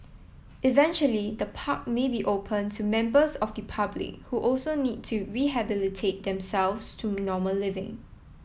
eventually the park may be open to members of the public who also need to rehabilitate themselves to normal living